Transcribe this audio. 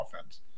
offense